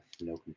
no